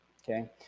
Okay